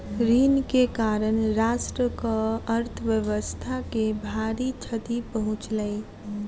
ऋण के कारण राष्ट्रक अर्थव्यवस्था के भारी क्षति पहुँचलै